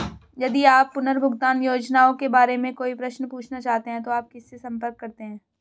यदि आप पुनर्भुगतान योजनाओं के बारे में कोई प्रश्न पूछना चाहते हैं तो आप किससे संपर्क करते हैं?